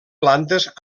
plantes